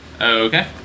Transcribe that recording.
Okay